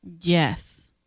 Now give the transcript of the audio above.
yes